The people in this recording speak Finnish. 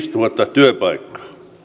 työpaikkaa